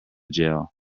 jell